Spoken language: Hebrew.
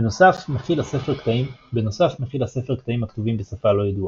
בנוסף, מכיל הספר קטעים הכתובים בשפה לא ידועה.